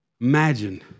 Imagine